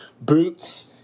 boots –